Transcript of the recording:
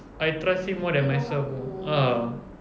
I trust him more than myself ah